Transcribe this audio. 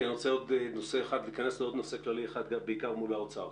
כי אני רוצה להיכנס לעוד נושא כללי אחד בעיקר מול האוצר.